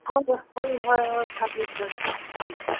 ꯍꯣꯏ ꯍꯣꯏ ꯍꯣꯏ ꯍꯣꯏ ꯐꯔꯦ ꯐꯔꯦ ꯎꯝ